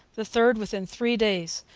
the third within three days,